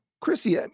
Chrissy